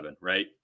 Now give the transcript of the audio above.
right